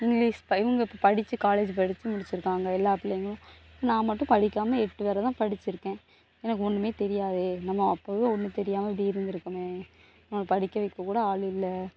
English இவங்க இப்போ படிச்சு காலேஜ் படிச்சு முடிச்சிருக்காங்க எல்லா பிள்ளைகளும் நான் மட்டும் படிக்காமல் எட்டு வரைதாம் படிச்சிருக்கேன் எனக்கு ஒன்றுமே தெரியாது நம்ம அப்போதே ஒண்று தெரியாமல் இப்படி இருந்து இருக்கோமே படிக்கவைக்க கூட ஆள் இல்லை